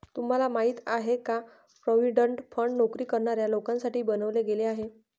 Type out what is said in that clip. तुम्हाला माहिती आहे का? प्रॉव्हिडंट फंड नोकरी करणाऱ्या लोकांसाठी बनवले गेले आहे